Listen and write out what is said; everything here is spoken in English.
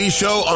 show